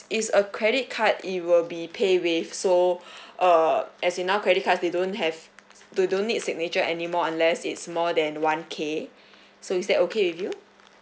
it's a credit card it will be paywave so uh as in our credit cards they don't have they don't need signature anymore unless it's more than one K so is that okay with you